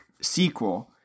sequel